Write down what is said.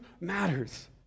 matters